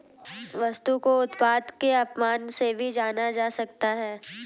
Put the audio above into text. वस्तु को उत्पाद के उपनाम से भी जाना जा सकता है